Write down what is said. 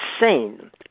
insane